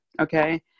okay